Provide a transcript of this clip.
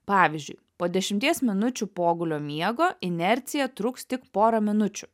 pavyzdžiui po dešimties minučių pogulio miego inercija truks tik porą minučių